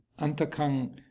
antakang